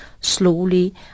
slowly